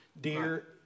dear